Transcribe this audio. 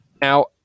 Now